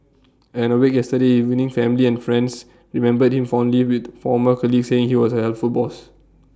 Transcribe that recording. at the wake yesterday evening family and friends remembered him fondly with former colleagues saying he was A helpful boss